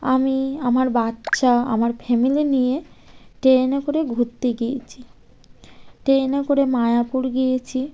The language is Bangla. আমি আমার বাচ্চা আমার ফ্যামিলি নিয়ে ট্রেনে করে ঘুরতে গিয়েছি ট্রেনে করে মায়াপুর গিয়েছি